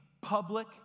public